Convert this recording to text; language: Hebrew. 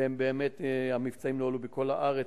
ובאמת, המבצעים נוהלו בכל הארץ.